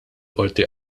qorti